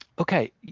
Okay